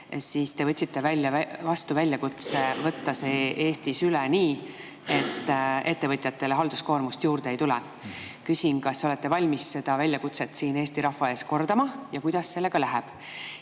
siis te võtsite vastu väljakutse võtta see Eestis üle nii, et ettevõtjatele halduskoormust juurde ei tule. Küsin, kas te olete valmis seda väljakutset siin Eesti rahva ees kordama ja kuidas sellega läheb.